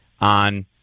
on